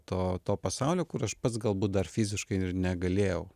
to to pasaulio kur aš pats galbūt dar fiziškai negalėjau